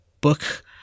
book